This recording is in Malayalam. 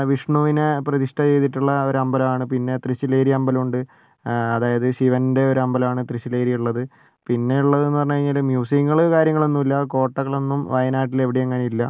വിഷ്ണുവിനെ പ്രതിഷ്ഠ ചെയ്തിട്ടുള്ള ഒരമ്പലമാണ് പിന്നെ തൃശ്ശിലേരി അമ്പലമുണ്ട് അതായത് ശിവൻ്റെ ഒരു അമ്പലമാണ് തൃശ്ശിലേരി ഉള്ളത് പിന്നെയുള്ളതെന്ന് പറഞ്ഞ്കഴിഞ്ഞാൽ മ്യൂസിയങ്ങൾ കാര്യങ്ങൾ ഒന്നുമില്ല കോട്ടകളൊന്നും വയനാട്ടിൽ എവിടെയും അങ്ങനെ ഇല്ല